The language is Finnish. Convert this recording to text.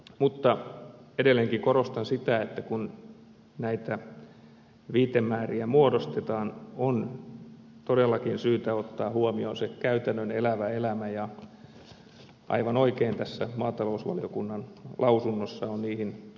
mutta edelleenkin korostan sitä että kun näitä viitemääriä muodostetaan on todellakin syytä ottaa huomioon se käytännön elävä elämä ja aivan oikein tässä maatalousvaliokunnan lausunnossa on niihin puututtu